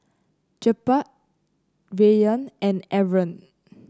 Jebat Rayyan and Aaron